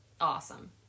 awesome